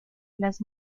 las